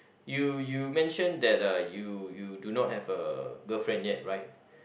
you you mentioned that uh you you do not have a girlfriend yet right